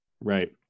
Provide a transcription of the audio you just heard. Right